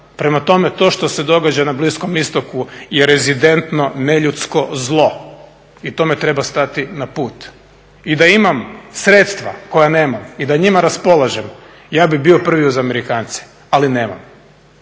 prema tome to što se događa na Bliskom istoku je rezidentno, neljudsko zlo i tome treba stati na put. I da imam sredstva, koja nemam, i da njima raspolažem ja bih bio prvi uz Amerikance, ali nemam.